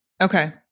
Okay